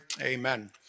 amen